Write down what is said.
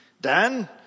Dan